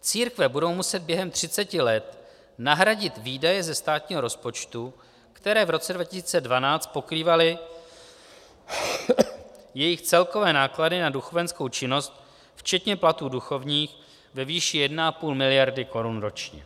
Církve budou muset během třiceti let nahradit výdaje ze státního rozpočtu, které v roce 2012 pokrývaly jejich celkové náklady na duchovenskou činnost včetně platů duchovních, ve výši 1,5 mld. korun ročně.